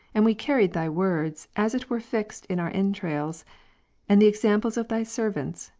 and we carried thy words as it were fixed in our entrails and the examples of thy servants,